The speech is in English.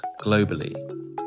globally